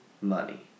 money